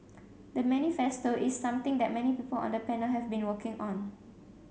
the manifesto is something that many people on the panel have been working on